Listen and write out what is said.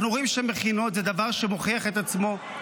אנחנו רואים שמכינות הן דבר שמוכיח את עצמו,